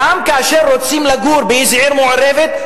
גם אנשי ציבור וחברי כנסת בנושא הזה,